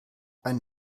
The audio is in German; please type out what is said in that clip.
ein